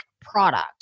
product